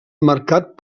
marcat